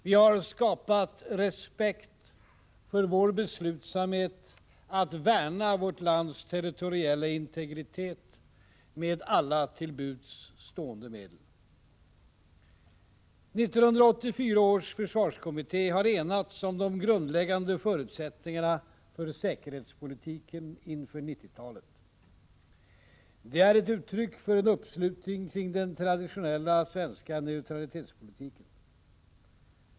Vi har skapat respekt för vår beslutsamhet att värna vårt lands territoriella integritet med alla till buds stående medel. 1984 års försvarskommitté har enats om de grundläggande förutsättningarna för säkerhetspolitiken inför 90-talet. Det är ett uttryck för en uppslutning kring den traditionella svenska neutralitetspolitiken.